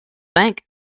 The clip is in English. bank